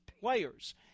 players